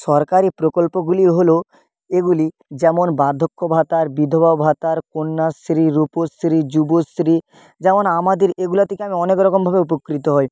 সরকারি প্রকল্পগুলি হল এগুলি যেমন বার্ধক্য ভাতা বিধবা ভাতা কন্যাশ্রী রূপশ্রী যুবশ্রী যেমন আমাদের এগুলো থেকে আমি অনেকরকমভাবে উপকৃত হই